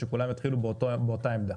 שכולם יתחילו באותה העמדה,